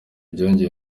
byongereye